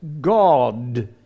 God